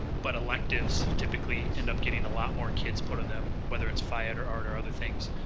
but electives typically end up getting a lot more kids put in them. whether it's phy ed or art or other things.